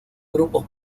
grupos